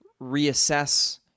reassess